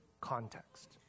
context